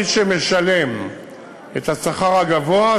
מי שמשלם את השכר הגבוה,